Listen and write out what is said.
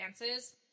dances